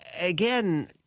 Again